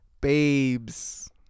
babes